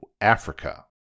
Africa